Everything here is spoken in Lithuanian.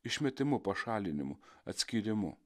išmetimu pašalinimu atskyrimu